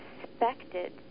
expected